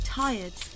tired